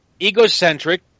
egocentric